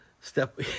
Step